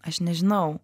aš nežinau